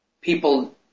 people